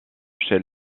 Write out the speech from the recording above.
chez